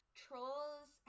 trolls